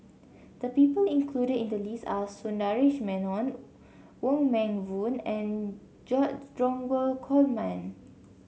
the people included in the list are Sundaresh Menon Wong Meng Voon and George Dromgold Coleman